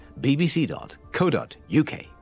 bbc.co.uk